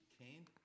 Cain